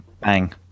bang